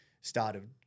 started